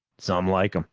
some like em,